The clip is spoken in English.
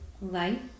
light